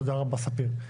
תודה רבה ספיר.